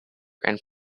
and